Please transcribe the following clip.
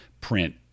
print